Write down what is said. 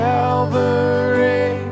Calvary